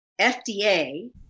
FDA